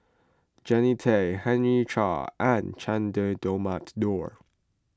Jannie Tay Henry Chia and Che Dah Mohamed Noor